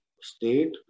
state